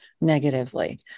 negatively